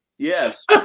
Yes